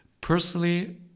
Personally